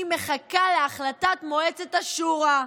היא מחכה להחלטת מועצת השורא.